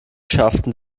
schafften